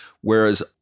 whereas